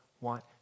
want